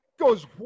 goes